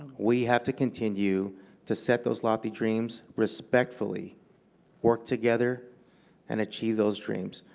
we have to continue to set those lofty dreams, respectfully work together and achieve those dreams.